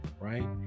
Right